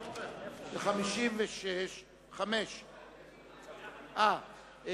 4. מי